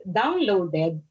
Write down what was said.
downloaded